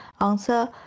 answer